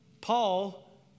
Paul